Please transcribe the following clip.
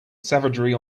savagery